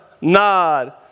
nod